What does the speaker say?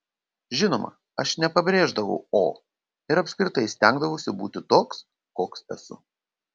žinoma aš nepabrėždavau o ir apskritai stengdavausi būti toks koks esu